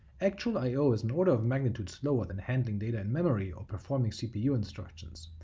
actual i o is an order of magnitude slower than handling data in memory or performing cpu instructions,